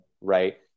right